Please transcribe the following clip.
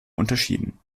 unterschieden